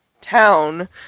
town